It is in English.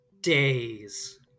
days